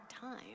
time